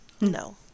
No